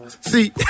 See